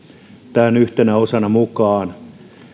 tähän yhtenä osana mukaan